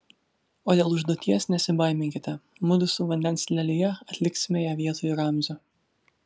o dėl užduoties nesibaiminkite mudu su vandens lelija atliksime ją vietoj ramzio